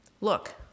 Look